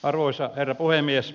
arvoisa herra puhemies